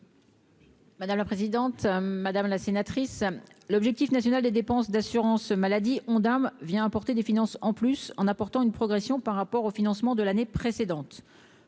Madame la présidente, madame la sénatrice l'objectif national des dépenses d'assurance maladie Ondam vient apporter des finances en plus en apportant une progression par rapport au financement de l'année précédente